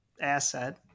asset